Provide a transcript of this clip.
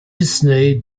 disney